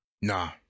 Nah